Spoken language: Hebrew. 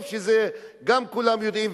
גם כולם יודעים,